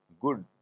good